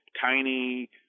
tiny